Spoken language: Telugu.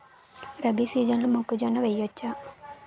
రబీ సీజన్లో మొక్కజొన్న వెయ్యచ్చా?